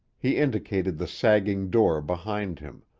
he indicated the sagging door behind him,